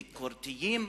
ביקורתיים,